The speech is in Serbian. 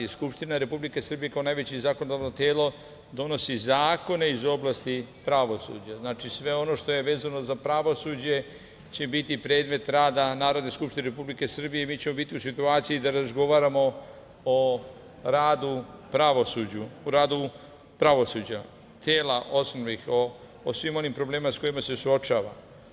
Skupština Republike Srbije, kao najveće zakonodavno telo, donosi zakone iz oblasti pravosuđa, znači sve ono što je vezano za pravosuđe će biti predmet rada Narodne skupštine Republike Srbije i mi ćemo biti u situaciji da razgovaramo o radu pravosuđa, o svim onim problemima sa kojima se suočavamo.